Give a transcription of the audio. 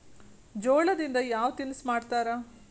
ಜೋಳದಿಂದ ಯಾವ ತಿನಸು ಮಾಡತಾರ?